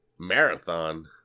Marathon